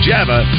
Java